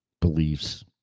beliefs